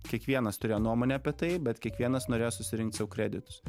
kiekvienas turėjo nuomonę apie tai bet kiekvienas norėjo susirinkti sau kreditus